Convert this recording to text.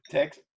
Text